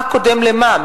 מה קודם למה?